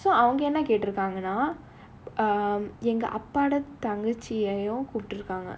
so அவங்க என்ன கேட்ருக்காங்கன்னா எங்க அப்பாவோட தங்கச்சிய கூப்ட்ருக்காங்க:avanga enna ketrukaanganaa enga appavoda thangachiya kooptrukaanga